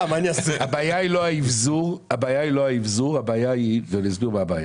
הבעיה היא לא האבזור אלא היא אחרת ואני אסביר.